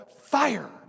fire